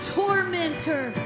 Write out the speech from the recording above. tormentor